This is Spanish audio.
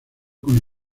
con